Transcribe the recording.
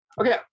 okay